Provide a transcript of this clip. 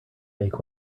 make